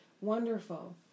Wonderful